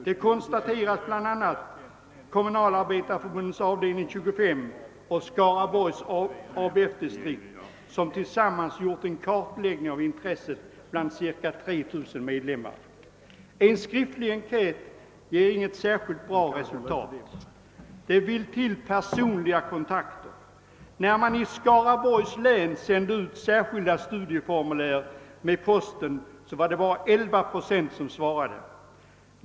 Det konstateras bl.a. av Kommunalarbetareförbundets avdelning 25 och Skaraborgs läns ABF-distrikt, som tillsammans gjort en kartläggning av intresset bland cirka 3 000 medlemmar. En skriftlig enkät ger inte något särskilt bra resultat. Det vill till personliga kontakter. När man i Skaraborgs län sände ut särskilda studieformulär med posten var det bara 11 procent som svarade.